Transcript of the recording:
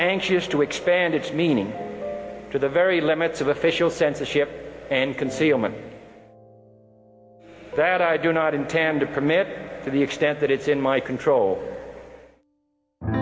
anxious to expand its meaning to the very limits of official censorship and concealment that i do not intend to commit to the extent that it's in my control